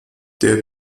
der